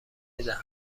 میدهند